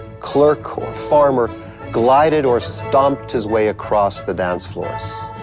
clerk, or farmer glided or stomped his way across the dance floors.